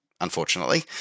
unfortunately